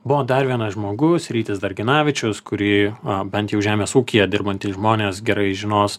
buvo dar vienas žmogus rytis darginavičius kurį bent jau žemės ūkyje dirbantys žmonės gerai žinos